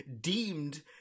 deemed